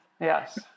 Yes